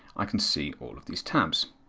i can see all of these tabs.